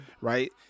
right